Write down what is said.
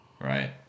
right